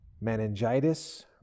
meningitis